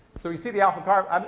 so you see the alpha carbonouh,